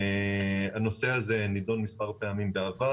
הנושא הזה נדון מספר פעמים בעבר.